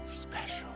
Special